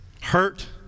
hurt